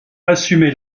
assumé